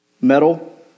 metal